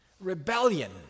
Rebellion